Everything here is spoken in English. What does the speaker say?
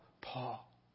Paul